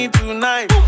tonight